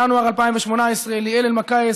בינואר 2018 ליאל אלמקייס,